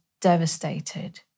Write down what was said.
devastated